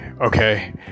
okay